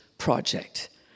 project